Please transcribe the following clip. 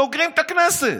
סוגרים את הכנסת